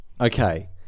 Okay